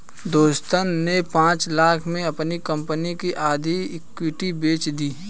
दोस्त ने पांच लाख़ में अपनी कंपनी की आधी इक्विटी बेंच दी